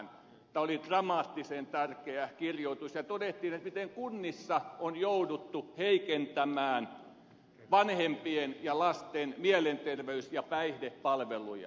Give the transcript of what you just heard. tämä oli dramaattisen tärkeä kirjoitus ja todettiin miten kunnissa on jouduttu heikentämään vanhempien ja lasten mielenterveys ja päihdepalveluja